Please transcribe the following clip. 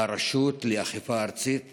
והרשות לאכיפה ארצית עובדת,